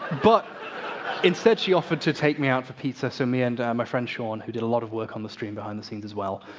but instead, she offered to take me out for pizza. so me and my friend shaun, who did a lot of work on the stream behind the scenes as well,